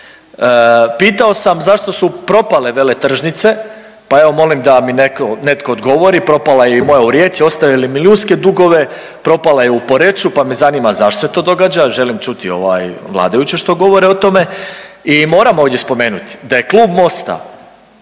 Pitao sam zašto su propale veletržnice, pa evo, molim da mi netko odgovori, propala je i moja u Rijeci, ostavili milijunske dugove, propala je u Poreču pa me zanima zašto se to događa, želim čuti, ovaj, vladajuće što govore o tome i moramo ovdje spomenuti da je Klub Mosta,